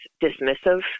dismissive